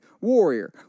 Warrior